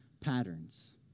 patterns